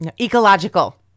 Ecological